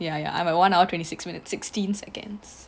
ya ya I have one hour twenty six minutes sixteen seconds